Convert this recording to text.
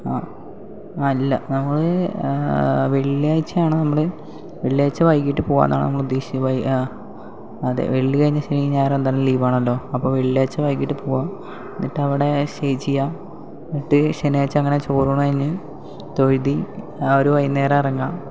ആ അല്ല നമ്മൾ വെള്ളിയാഴ്ച്ച ആണ് നമ്മൾ വെള്ളിയാഴച്ച വൈകിട്ട് പോകാമെന്നാണ് നമ്മൾ ഉദ്ദേശിച്ചത് ആ അതെ വെള്ളി കഴിഞ്ഞ് ശനി ഞായർ എന്തായാലും ലീവ് ആണല്ലോ അപ്പോൾ വെള്ളിയാഴ്ച വൈകിട്ട് പോവാം എന്നിട്ട് അവിടെ സ്റ്റേ ചെയ്യാം എന്നിട്ട് ശനിയാഴ്ച അങ്ങനെ ചോറൂണ് കഴിഞ്ഞ് തൊഴുത് ആ ഒരു വൈകുന്നേരം ഇറങ്ങാം